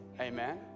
amen